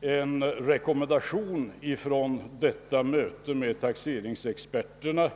en rekommendation från ett möte i Medborgarhuset med taxeringsexperterna.